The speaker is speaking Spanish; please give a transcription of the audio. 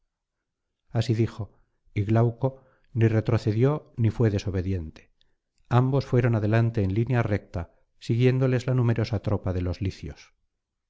así dijo y glauco ni retrocedió ni fué desobediente ambos fueron adelante en línea recta siguiéndoles la numerosa tropa de los licios